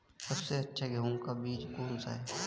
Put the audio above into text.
सबसे अच्छा गेहूँ का बीज कौन सा है?